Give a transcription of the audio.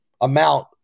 amount